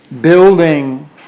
building